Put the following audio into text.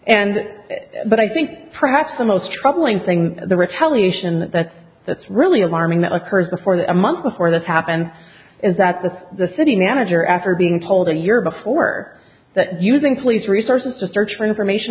and but i think perhaps the most troubling thing the retaliation that's that's really alarming that occurs before the month before this happened is that the the city manager after being told a year before that using police resources to search for information